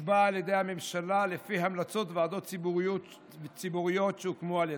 נקבע על ידי הממשלה לפי המלצות ועדות ציבוריות שהוקמו על ידה.